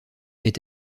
est